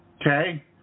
Okay